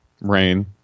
Rain